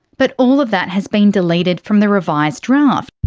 but all of that has been deleted from the revised draft.